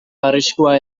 arriskua